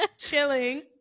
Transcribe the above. Chilling